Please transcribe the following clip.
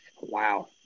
Wow